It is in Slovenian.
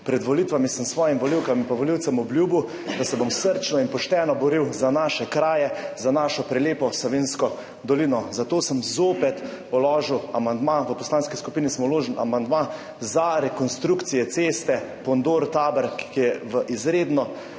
Pred volitvami sem svojim volivkam in volivcem obljubil, da se bom srčno in pošteno boril za naše kraje, za našo prelepo Savinjsko dolino. Zato sem zopet vložil amandma, v Poslanski skupini smo vložili amandma za rekonstrukcijo ceste Pondor–Tabor, ki je v izredno